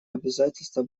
обязательства